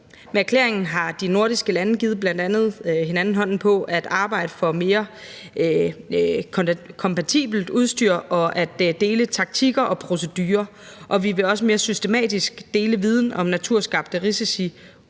Med erklæringen har de nordiske lande givet hinanden hånden på bl.a. at arbejde for mere kompatibelt udstyr og at dele taktikker og procedurer, og vi vil også mere systematisk dele viden om naturskabte risici,